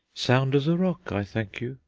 sound as a rock, i thank you,